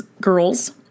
girls